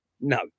no